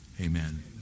Amen